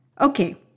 Okay